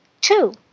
Two